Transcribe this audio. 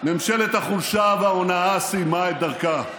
ממשלת החולשה וההונאה סיימה את דרכה,